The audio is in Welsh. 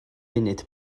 munud